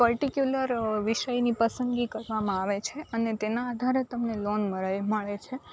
particular વિષયની પસંદગી કરવામાં આવે છે અને તેના આધારે તમને લોન મળે મળે છે